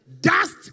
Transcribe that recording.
Dust